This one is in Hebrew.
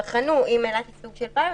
ואם אילת היא סוג של פילוט,